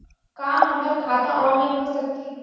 का हमर खाता ऑनलाइन हो सकथे?